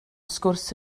sgwrs